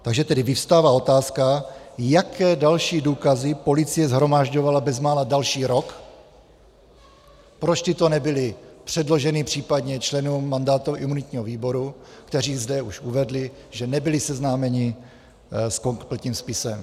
Takže tedy vyvstává otázka, jaké další důkazy policie shromažďovala bezmála další rok, proč tyto nebyly předloženy případně členům mandátového a imunitního výboru, kteří zde už uvedli, že nebyli seznámeni s kompletním spisem.